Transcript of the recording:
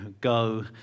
go